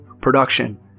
production